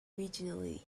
regionally